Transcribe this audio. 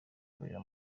ikorera